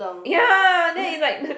ya then is like